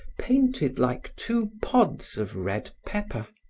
painted like two pods of red pepper.